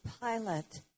Pilot